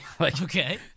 Okay